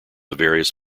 various